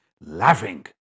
laughing